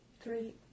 Three